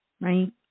right